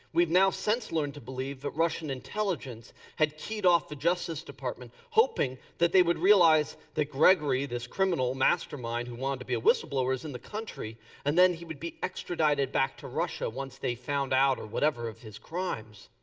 we've now since learned to believe that russian intelligence had keyed off the justice department hoping that they would realize that grigory, this criminal mastermind who wanted to be a whistleblower, is in the country and then he would be extradited back to russia once they found out or whatever of his crimes.